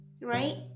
right